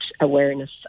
awareness